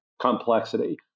complexity